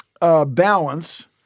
balance